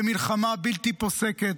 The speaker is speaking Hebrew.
במלחמה בלתי פוסקת,